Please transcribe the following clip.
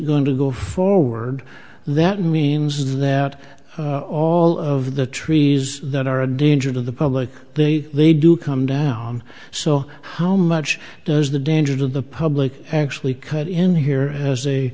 going to go forward that means that all of the trees that are a danger to the public they they do come down so how much does the danger to the public actually cut in here as